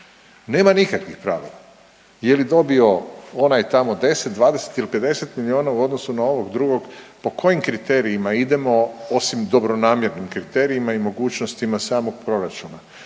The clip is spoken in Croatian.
nema nikakvih pravila, je li dobio onaj tamo 10, 20 ili 50 milijuna u odnosu na ovog drugog, po kojim kriterijima idemo osim dobronamjernim kriterijima i mogućnostima samog proračuna.